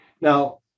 Now